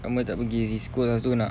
lama tak pergi east coast lepas tu nak